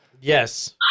yes